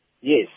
Yes